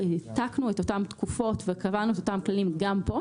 ניתקנו את אותן תקופות וקבענו את אותם כללים גם כאן.